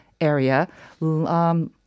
area